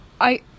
I-